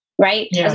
right